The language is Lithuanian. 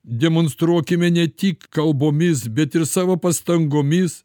demonstruokime ne tik kalbomis bet ir savo pastangomis